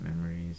memories